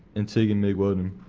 and tig and mig welding.